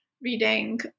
reading